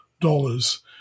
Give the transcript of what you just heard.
dollars